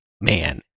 man